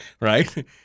right